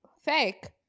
Fake